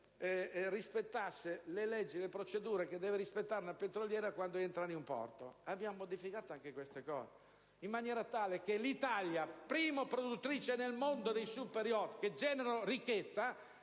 rispettasse le leggi e le procedure che deve rispettare una petroliera quando entra in un porto. Abbiamo modificato anche questa normativa, in maniera tale che l'Italia, primo produttore nel mondo di *super-yacht,* che generano ricchezza,